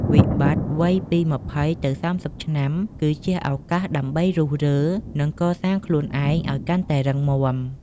វិបត្តិវ័យពី ២០ ទៅ ៣០ ឆ្នាំ គឺជាឱកាសដើម្បីរុះរើ និងកសាងខ្លួនឯងឱ្យកាន់តែរឹងមាំ។